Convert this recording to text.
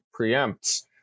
preempts